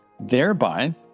thereby